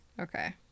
Okay